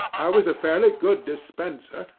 i was a fairly good dispenser,